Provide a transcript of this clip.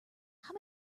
how